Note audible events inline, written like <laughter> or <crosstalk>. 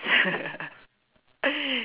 <laughs>